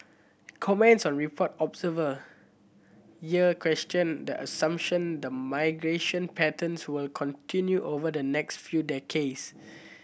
commenting on report observer here questioned the assumption that migration patterns will continue over the next few decades